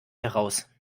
heraus